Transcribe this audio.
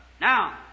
Now